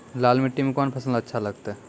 लाल मिट्टी मे कोंन फसल अच्छा लगते?